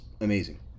amazing